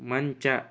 ಮಂಚ